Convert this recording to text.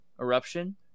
eruption